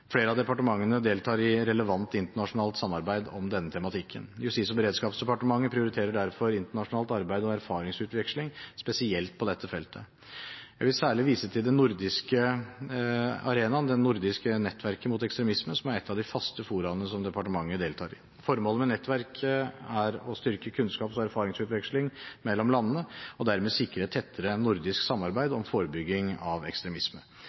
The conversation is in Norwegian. om denne tematikken. Justis- og beredskapsdepartementet prioriterer derfor internasjonalt arbeid og erfaringsutveksling spesielt på dette feltet. Jeg vil særlig vise til den nordiske arenaen, det nordiske nettverket mot ekstremisme, som er et av de faste foraene som departementet deltar i. Formålet med nettverket er å styrke kunnskaps- og erfaringsutveksling mellom landene og dermed sikre et tettere nordisk samarbeid om forebygging av ekstremisme.